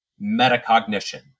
metacognition